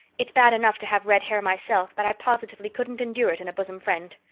it's bad enough to have red hair myself, but i positively couldn't endure it in a bosom friend.